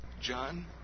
John